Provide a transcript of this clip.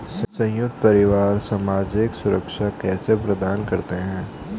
संयुक्त परिवार सामाजिक सुरक्षा कैसे प्रदान करते हैं?